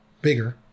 bigger